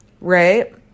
Right